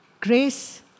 Grace